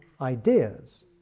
ideas